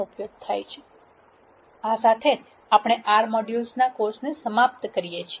આ સાથે આપણે આ R મોડ્યુલ કોર્સ ને સમાપ્ત કરીએ છીએ